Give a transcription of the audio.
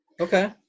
Okay